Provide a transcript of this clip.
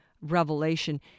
revelation